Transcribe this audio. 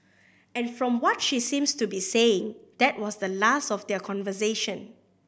and from what she seems to be saying that was the last of their conversation